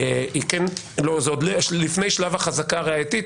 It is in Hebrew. עוד לפני שלב החזקה הראייתית,